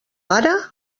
ara